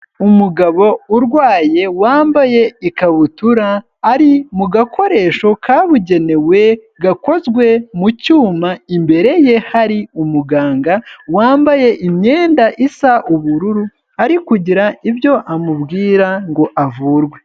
Umugabo, urwaye, wambaye ikabutura, ari mu gakoresho kabugenewe, gakozwe, mu cyuma imbere ye hari umuganga, wambaye imyenda isa ubururu, ari kugira, ibyo amubwira, ngo avurwe.